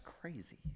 crazy